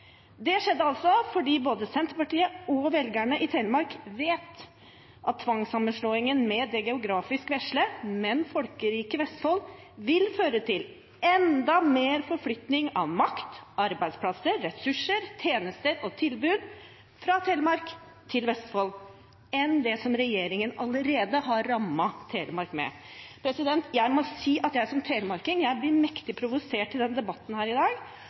Det skjedde fordi både Senterpartiet og velgerne i Telemark vet at tvangssammenslåingen med det geografisk vesle, men folkerike Vestfold vil føre til enda mer forflytning av makt, arbeidsplasser, ressurser, tjenester og tilbud fra Telemark til Vestfold enn det som regjeringen allerede har rammet Telemark med. Jeg må si at jeg som telemarking blir mektig provosert av debatten her i dag,